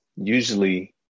usually